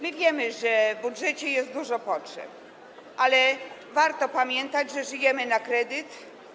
My wiemy, że w budżecie jest dużo potrzeb, ale warto pamiętać, że żyjemy na kredyt.